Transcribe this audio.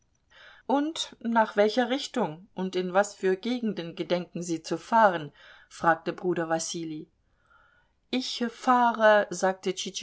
und nach welcher richtung und in was für gegenden gedenken sie zu fahren fragte bruder wassilij ich fahre sagte